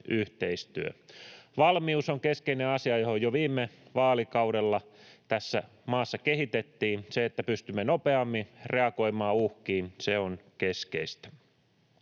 yhteistyö. Valmius on keskeinen asia, jota jo viime vaalikaudella tässä maassa kehitettiin. Se, että pystymme nopeammin reagoimaan uhkiin, on keskeistä.